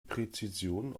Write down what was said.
präzision